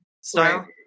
style